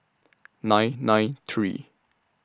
nine nine three